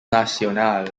nacional